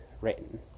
written